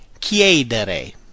chiedere